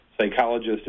psychologist